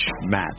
match